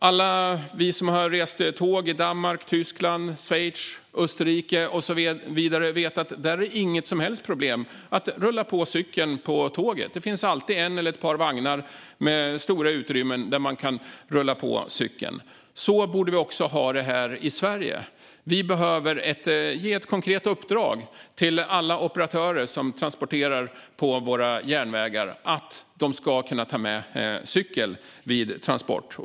Alla vi som har rest med tåg i Danmark, Tyskland, Schweiz, Österrike och så vidare vet att det där inte är några som helst problem att rulla på cykeln på tåget; det finns alltid en eller ett par vagnar med stora utrymmen där man kan rulla på cykeln. Så borde vi ha det även här i Sverige. Vi behöver ge ett konkret uppdrag till alla operatörer som transporterar på våra järnvägar att man ska kunna ta med cykel vid transport.